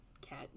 Cat